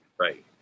Right